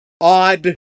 odd